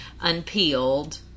Unpeeled